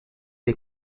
des